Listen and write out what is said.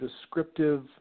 descriptive